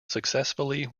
successfully